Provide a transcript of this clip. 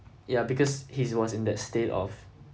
ya because he's was in that state of